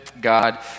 God